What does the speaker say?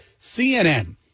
CNN